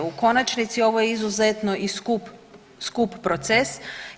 U konačnici ovo je izuzetno i skup proces.